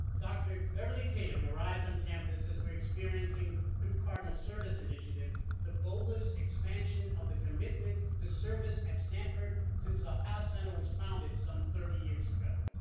dr. beverly tatum arrives on campus as we're experiencing through cardinal service initiative the boldest expansion of the commitment to service at stanford since the whole center was founded some thirty years ago.